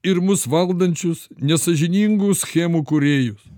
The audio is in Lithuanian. ir mus valdančius nesąžiningų schemų kūrėjus